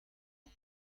mañ